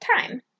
time